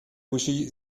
uschi